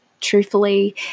Truthfully